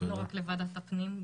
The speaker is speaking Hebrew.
לא רק לוועדת הפנים,